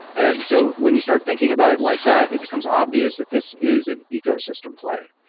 and so when you start thinking about it like that, it becomes obvious that this is an ecosystem play,